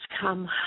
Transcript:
come